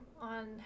on